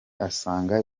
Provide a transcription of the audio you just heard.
asanga